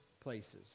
places